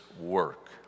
work